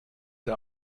der